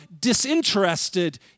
disinterested